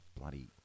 bloody